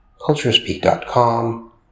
Culturespeak.com